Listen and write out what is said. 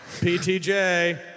PTJ